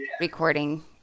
recording